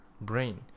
brain